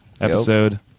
episode